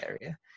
area